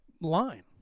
line